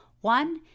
One